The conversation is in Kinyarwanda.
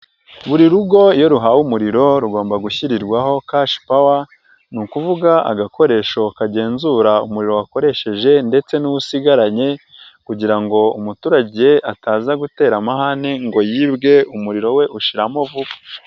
Buri rugo iyo ruhawe umuriro rugomba gushyirirwaho Cash Power, ni ukuvuga agakoresho kagenzura umuriro wakoresheje ndetse n'uwosigaranye kugira ngo umuturage ataza gutera amahane ngo yibwe umuriro we ushiramo vuba.